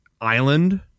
island